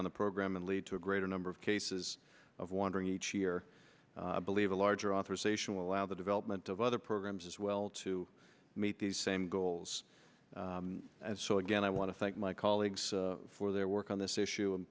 the program and lead to a greater number of cases of wandering each year i believe a larger authorization will allow the development of other programs as well to meet the same goals so again i want to thank my colleagues for their work on this issue